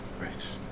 Right